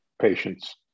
patients